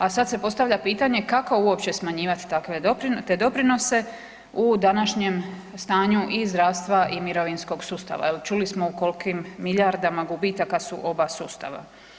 A sad se postavlja pitanje kako uopće smanjivat takve, te doprinose u današnjem stanju i zdravstva i mirovinskog sustava jel, čuli smo u kolkim milijardama gubitaka su oba sustava?